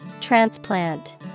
Transplant